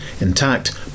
intact